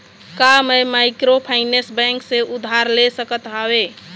का मैं microfinance bank से उधार ले सकत हावे?